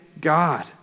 God